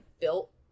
built